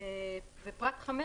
בפרט (5)